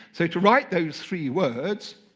so to write those three words,